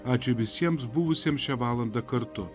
ačiū visiems buvusiems šią valandą kartu